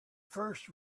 first